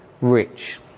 rich